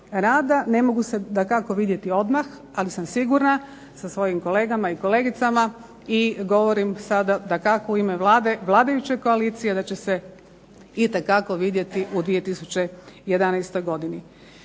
ne mogu se dakako vidjeti odmah, ali sam sigurna sa svojim kolegama i kolegicama i govorim sada dakako u ime vladajuće koalicije da će se itekako vidjeti u 2011. godini.